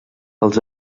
els